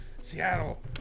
Seattle